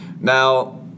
Now